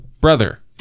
Brother